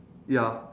ya